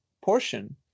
portion